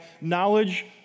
knowledge